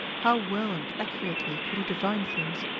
how well and accurately could he divine things!